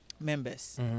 members